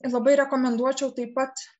labai rekomenduočiau taip pat